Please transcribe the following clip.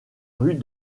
rues